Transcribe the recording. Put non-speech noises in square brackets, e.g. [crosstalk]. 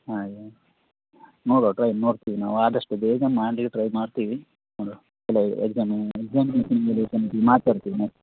ಹಾಗೆ ನೋಡುವ ಟ್ರೈ ನೋಡ್ತೀವಿ ನಾವು ಆದಷ್ಟು ಬೇಗ ಮಾಡ್ಲಿಕ್ಕೆ ಟ್ರೈ ಮಾಡ್ತೀವಿ ನೋಡುವ ಎಲ್ಲ ಎಕ್ಸಾಮು ಎಕ್ಸಾಮಿಗೆ [unintelligible] ಹೇಳಿ ಮಾತಾಡ್ತೀನಿ